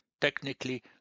technically